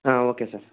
okay sir